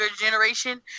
generation